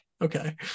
okay